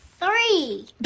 Three